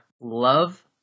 Love